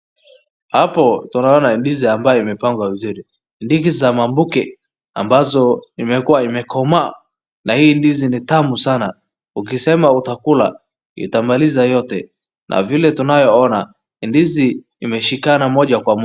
Hapo tunaona ndizi ambaye imepangwa vizuri . Ndizi za maboke ambazo imekuwa imekomaa. Na hii ndizi ni tamu sana ukisema utakula itamaliza yote. Na vile tunayoona ndizi imeshikana moja kwa moja.